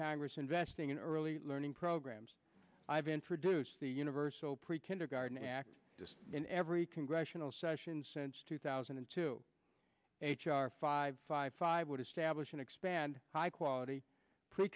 congress investing in early learning programs i've introduced the universal pre kindergarten act in every congressional session since two thousand and two h r five five five would establish and expand high quality pre